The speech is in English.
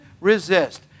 resist